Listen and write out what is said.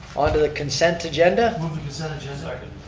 on to the consent agenda. move to consent agenda. second.